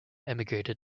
emigrated